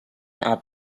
art